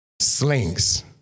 slings